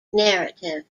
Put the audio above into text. narrative